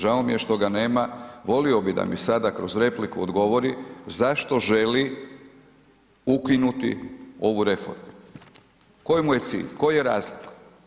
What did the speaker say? Žao mi je što ga nema, volio bih da mi sada kroz repliku odgovori zašto želi ukinuti ovu reformu, koji mu je cilj, koji razlog?